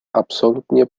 absolutnie